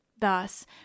Thus